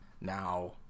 now